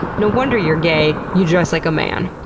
no wonder you're gay, you dress like a man.